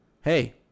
Hey